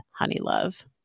Honeylove